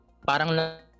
parang